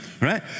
right